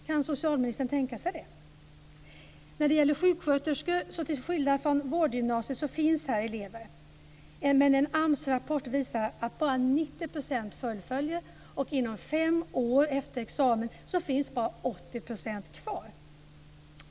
Kan socialministern tänka sig det? Till skillnad från vid vårdgymnasiet så finns det elever när det gäller sjuksköterskor. Men en AMS rapport visar att bara 90 % fullföljer studierna. Inom fem år efter examen finns bara 80 % kvar.